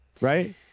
Right